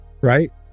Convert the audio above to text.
Right